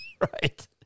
Right